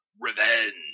revenge